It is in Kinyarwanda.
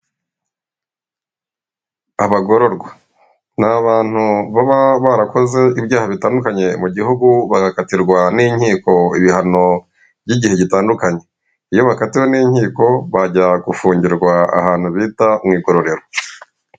Abagororwa ni abantu baba barakoze ibyaha bitandukanye mu gihugu bagakatirwa n'inkiko ibihano by'igihe gitandukanye, iyo bakatiwe n'inkiko bajya gufungirwa ahantu bita mu igororero.